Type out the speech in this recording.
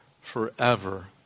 forever